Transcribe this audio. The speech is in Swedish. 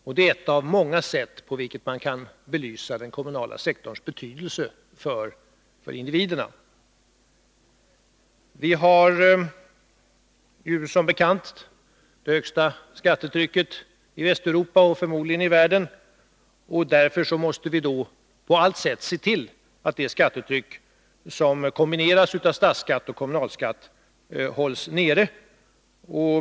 Det är ett av många sätt på vilka man kan belysa den kommunala sektorns betydelse för individerna. Vi har som bekant det högsta skattetrycket i Västeuropa, och förmodligen i världen, och därför måste vi på allt sätt se till att det skattetryck som kombineras av statsskatt och kommunalskatt hålls nere.